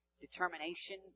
determination